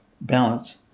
balance